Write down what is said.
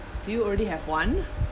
do you already have one